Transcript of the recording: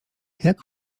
jak